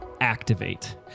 Activate